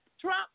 Trump